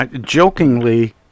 jokingly